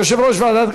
יושב-ראש הוועדה,